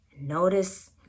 Notice